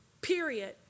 period